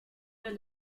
del